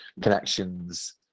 connections